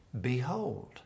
Behold